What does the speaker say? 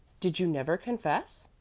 did you never confess?